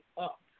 up